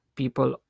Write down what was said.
people